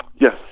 Yes